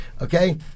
okay